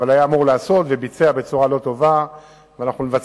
לדו-מסלולי ולהקים מעקה הפרדה?